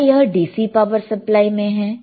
क्या यह DC power supply में है